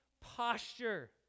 posture